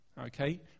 Okay